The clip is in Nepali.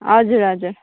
हजुर हजुर